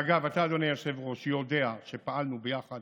ואגב, אתה, אדוני היושב-ראש, יודע שפעלנו ביחד